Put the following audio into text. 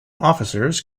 officers